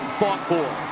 fought for.